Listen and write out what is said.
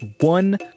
one